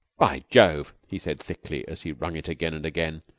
by jove, he said thickly, as he wrung it again and again,